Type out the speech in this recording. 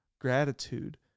gratitude